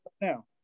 now